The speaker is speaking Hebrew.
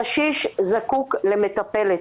הקשיש זקוק למטפלת,